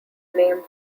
named